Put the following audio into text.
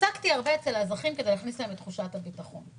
עסקתי הרבה בקרב האזרחים כדי להכניס להם את תחושת הביטחון.